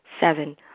Seven